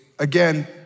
Again